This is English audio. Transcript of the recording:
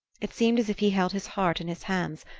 it seemed as if he held his heart in his hands,